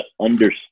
understand